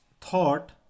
thought